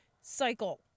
cycle